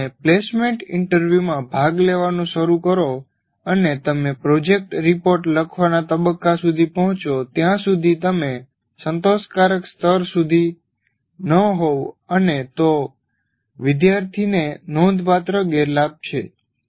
જો તમે પ્લેસમેન્ટ ઇન્ટરવ્યુમાં ભાગ લેવાનું શરૂ કરો અને તમે પ્રોજેક્ટ રિપોર્ટ લખવાના તબક્કા સુધી પહોચો ત્યાં સુધી તમે સંતોષકારક સ્તર સુધી ન હોવ અને તો વિદ્યાર્થીને નોંધપાત્ર ગેરલાભ છે